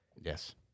Yes